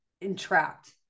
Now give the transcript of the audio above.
entrapped